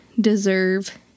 deserve